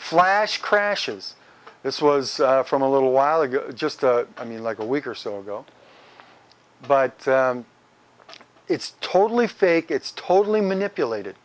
flash crashes this was from a little while ago just i mean like a week or so ago but it's totally fake it's totally manipulated